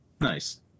Nice